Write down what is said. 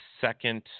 second